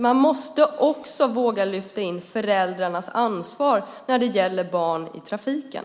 Man måste också våga lyfta in föräldrarnas ansvar när det gäller barn i trafiken.